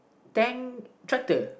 tank tractor